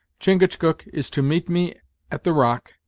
chingachgook is to meet me at the rock,